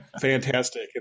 Fantastic